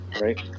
right